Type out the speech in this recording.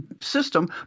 system